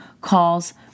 calls